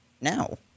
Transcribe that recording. now